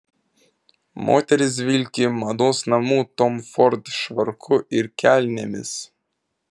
moteris vilki mados namų tom ford švarku ir kelnėmis